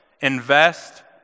invest